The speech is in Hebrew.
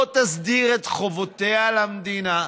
לא תסדיר את חובותיה למדינה.